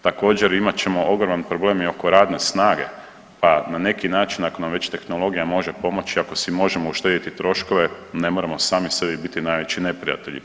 Također imat ćemo ogroman problem i oko radne snage, pa na neki način ako nam već tehnologija može pomoći, ako si možemo uštediti troškove ne moramo sami sebi biti najveći neprijatelji.